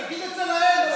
תגיד את זה להם.